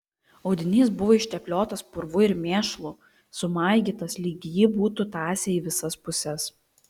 audinys buvo ištepliotas purvu ir mėšlu sumaigytas lyg jį būtų tąsę į visas puses